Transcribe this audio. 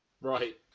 Right